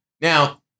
now